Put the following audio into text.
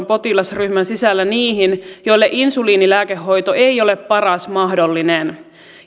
potilasryhmän sisällä niihin joille insuliinilääkehoito ei ole paras mahdollinen